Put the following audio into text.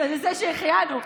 נעשה שהחיינו.